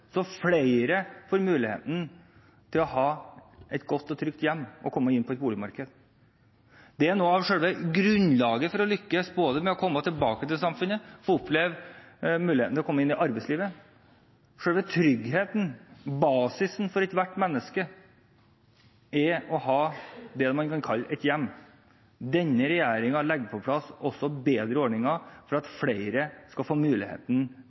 flere får muligheten til å ha et godt og trygt hjem og komme inn på boligmarkedet. Noe av grunnlaget for å lykkes er å komme tilbake til samfunnet og få oppleve muligheten til å komme inn i arbeidslivet. Selve tryggheten, basisen, for ethvert menneske er å ha det man kan kalle et hjem. Denne regjeringen legger også på plass bedre ordninger for at flere skal få muligheten